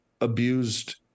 abused